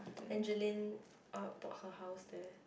Angeline uh bought her house there